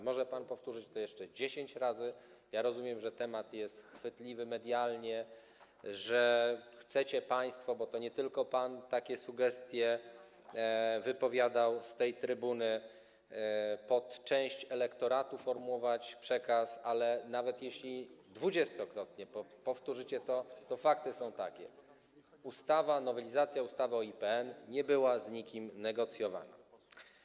Może pan to powtórzyć jeszcze 10 razy, rozumiem, że temat jest chwytliwy medialnie, że chcecie państwo, bo to nie tylko pan takie sugestie wypowiadał z tej trybuny pod część elektoratu, sformułować przekaz, ale nawet jeśli dwudziestokrotnie to powtórzycie, to fakty są takie: nowelizacja ustawy o IPN nie była z nikim negocjowana.